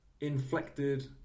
Inflected